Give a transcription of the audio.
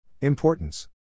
Importance